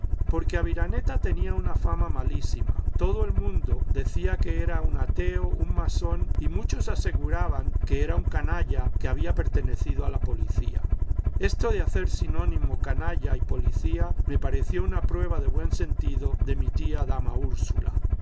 porque aviraneta tenía una fama malísima todo el mundo decía que era un ateo un masón y muchos aseguraban que era un canalla que había pertenecido a la policía esto de hacer sinónimo canalla y policía me parecio una prueba de buen sentido de mi tía dama úrsula